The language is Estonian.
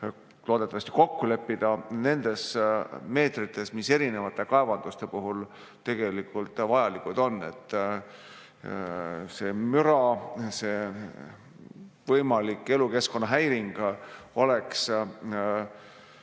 loodetavasti kokku leppida ka nendes meetrites, mis erinevate kaevanduste puhul tegelikult vajalikud on, et see müra, see võimalik elukeskkonnahäiring oleks